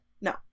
No